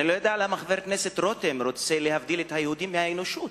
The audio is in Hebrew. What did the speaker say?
אני לא יודע למה חבר הכנסת רותם רוצה להבדיל את היהודים מהאנושות.